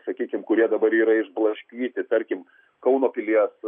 sakykim kurie dabar yra išblaškyti tarkim kauno pilies